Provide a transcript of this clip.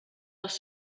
les